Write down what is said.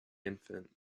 infant